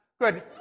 Good